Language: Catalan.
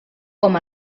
com